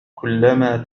كلما